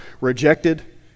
rejected